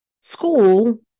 school